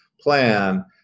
plan